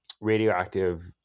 radioactive